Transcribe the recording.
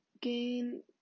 gain